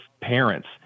parents